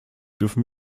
dürfen